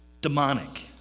demonic